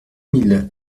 mille